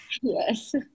Yes